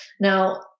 Now